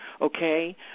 Okay